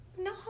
No